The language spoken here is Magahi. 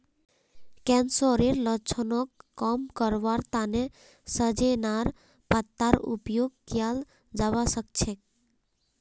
कैंसरेर लक्षणक कम करवार तने सजेनार पत्तार उपयोग कियाल जवा सक्छे